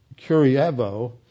curievo